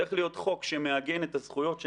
צריך להיות חוק שמעגן את הזכויות של